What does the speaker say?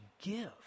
give